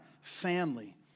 family